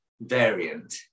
variant